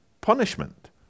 punishment